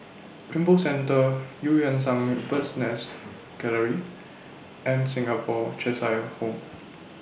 Rainbow Centre EU Yan Sang Bird's Nest Gallery and Singapore Cheshire Home